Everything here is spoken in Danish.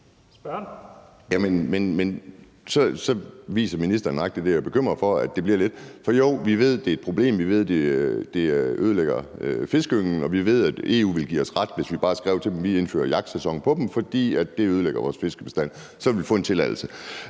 Så siger ministeren nøjagtig det, jeg er lidt bekymret for at det bliver. For jo, vi ved, at det er et problem, vi ved, at det ødelægger fiskeynglen, og vi ved, at EU ville give os ret, hvis vi bare skrev til dem, at vi indfører en jagtsæson på dem, fordi det ødelægger vores fiskebestand. Så ville vi få en tilladelse.